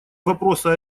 вопроса